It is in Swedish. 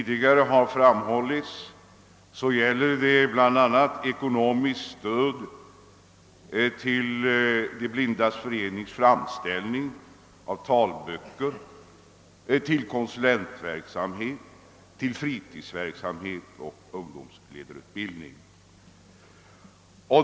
Det gäller bl.a. ekonomiskt stöd till De blindas förenings framställning av talböcker, till konsulentverksamhet, till fritidsverksamhet och till ungdomsledarutbildning.